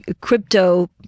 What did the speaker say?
crypto